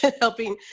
helping